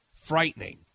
frightening